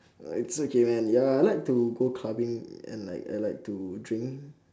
err it's okay man ya I like to go clubbing and like I like to drink